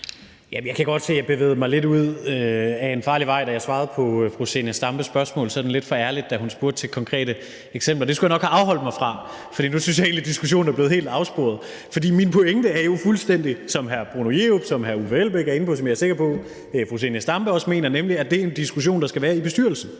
Jeg kan godt se, at jeg bevægede mig lidt ud ad en farlig vej, da jeg svarede på fru Zenia Stampes spørgsmål sådan lidt for ærligt, da hun spurgte til konkrete eksempler. Det skulle jeg nok have afholdt mig fra, for nu synes jeg egentlig diskussionen er blevet helt afsporet. For min pointe er jo fuldstændig det, som hr. Bruno Jerup er inde på, som hr. Uffe Elbæk er inde på, og som jeg er sikker på fru Zenia Stampe også mener, nemlig at det er en diskussion, der skal være i bestyrelsen.